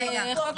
רגע.